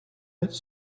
its